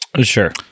Sure